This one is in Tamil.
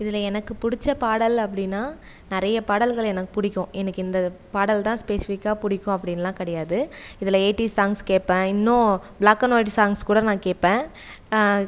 இதில் எனக்கு பிடிச்ச பாடல் அப்படினா நிறையா பாடல்கள் எனக்கு பிடிக்கும் எனக்கு இந்த பாடல் தான் ஸ்பெசிஃபிக்காக பிடிக்கும் அப்படின்லான் கிடையாது இதில் எய்ட்டி சாங்ஸ் கேட்பேன் இன்னும் பிளாக் அண்ட் ஒயிட் சாங்ஸ் கூட நான் கேட்பேன்